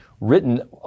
written